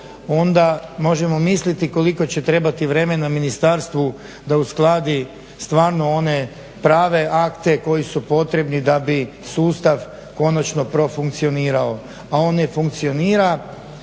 onda možemo misliti koliko će trebati vremena ministarstvu da uskladi stvarno one prave akte koji su potrebni da bi sustav konačno profunkcionirao a on ne funkcionira,